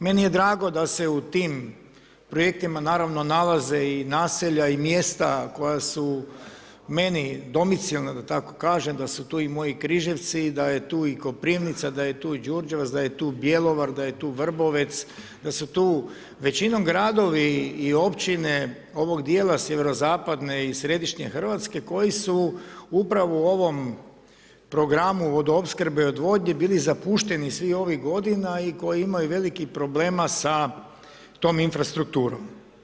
Meni je drago da se u tim projektima, naravno nalaze i naselja, i mjesta koja su meni domicilna da tako kažem, da su tu i moji Križevci, da je tu i Koprivnica, da je tu i Đurđevac, da je tu Bjelovar, da je tu Vrbovec, da su tu većinom gradovi i općine ovog dijela sjeverozapadne i središnje Hrvatske, koji su upravo u ovom programu vodoopskrbe i odvodnje bili zapušteni svih ovih godina i koji imaju velikih problema sa tom infrastrukturom.